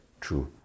true